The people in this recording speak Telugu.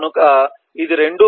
కనుక ఇది 2